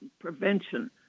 prevention